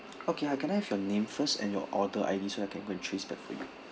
okay hi can I have your name first and your order I_D so I can go and trace back for you